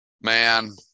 man